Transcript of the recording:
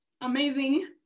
amazing